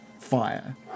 fire